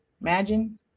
Imagine